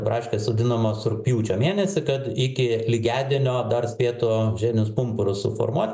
braškės sodinamos rugpjūčio mėnesį kad iki lygiadienio dar spėtų žiedinius pumpurus suformuot